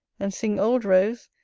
and sing old rose,